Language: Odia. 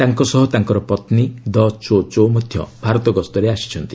ତାଙ୍କ ସହ ତାଙ୍କର ପତ୍ନୀ ଦ ଚୋ ଚୋ ମଧ୍ୟ ଭାରତ ଗସ୍ତରେ ଆସିଛନ୍ତି